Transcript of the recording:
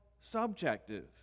subjective